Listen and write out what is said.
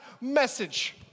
message